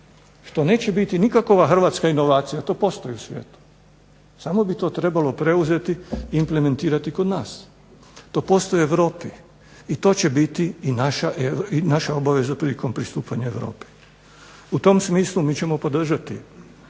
što neće biti nikakva hrvatska inovacija jer to postoji u svijetu, samo bi to trebalo preuzeti i implementirati kod nas. To postoji u Europi i to će biti i naša obaveza prilikom pristupanja Europi. U tom smislu mi ćemo podržati